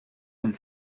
and